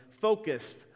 focused